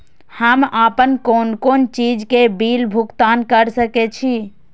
हम आपन कोन कोन चीज के बिल भुगतान कर सके छी?